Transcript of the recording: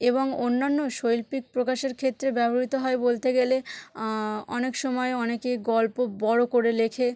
এবং অন্যান্য শৈল্পিক প্রকাশের ক্ষেত্রে ব্যবহৃত হয় বলতে গেলে অনেক সময় অনেকে গল্প বড়ো করে লেখে